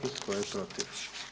I tko je protiv?